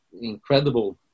incredible